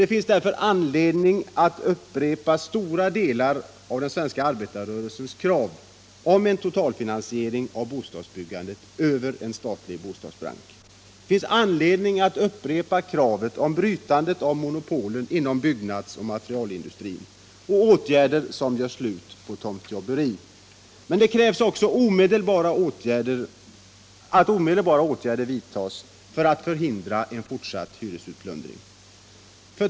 Det finns därför anledning att upprepa stora delar av den svenska arbetarrörelsens krav om en total finansiering av bostadsbyggandet över en statlig bostadsbank. Det finns anledning att upprepa kravet på brytande av monopolet inom byggnadsoch materialindustrin och på åtgärder som gör slut på tomtjobberi. Men det krävs också att omedelbara åtgärder vidtas för att förhindra en fortsatt hyresutplundring.